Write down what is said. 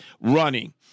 running